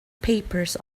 papers